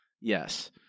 Yes